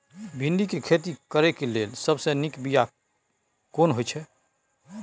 भिंडी के खेती करेक लैल सबसे नीक बिया केना होय छै?